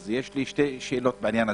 יש לי שתי שאלות בעניין הזה: